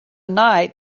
night